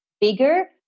bigger